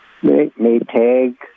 Maytag